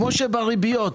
כמו בריביות,